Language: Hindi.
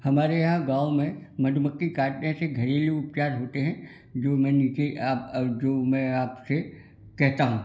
हमारे यहाँ गाँव में मधुमखी काटने से घरेलू उपचार होते है जो मैं नीचे आप जो मैं आपसे कहता हूँ